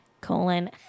colon